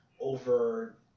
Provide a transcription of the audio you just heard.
over